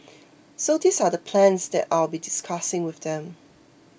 so these are the plans that I'll be discussing with them